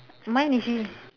mine isn't